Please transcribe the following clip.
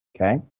Okay